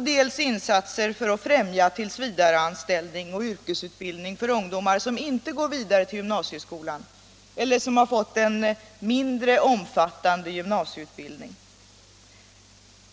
dels insatser för att främja tillsvidareanställning i yrkesutbildning för de ungdomar som inte går vidare till gymnasieskolan eller som har fått en mindre omfattande gymnasieutbildning.